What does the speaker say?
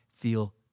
feel